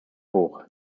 hoch